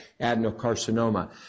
adenocarcinoma